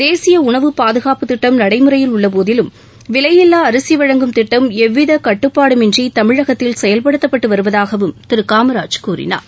தேசிய உணவுப் பாதுகாப்புத் திட்டம் நடைமுறையில் உள்ள போதிலும் விலையில்லா அரிசி வழங்கும் திட்டம் எவ்வித கட்டுப்பாடும் இன்றி தமிழகத்தில் செயல்படுத்தப்பட்டு வருவதாகவும் திரு காமராஜ் கூறினார்